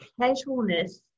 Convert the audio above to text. casualness